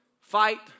fight